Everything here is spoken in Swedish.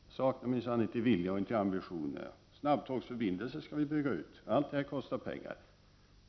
Jag saknar minsann inte vilja och ambitioner. Vi skall bygga ut snabbtågsförbindelser och allt detta kostar pengar.